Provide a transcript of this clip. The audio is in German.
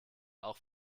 auch